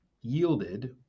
yielded